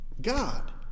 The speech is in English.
God